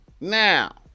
Now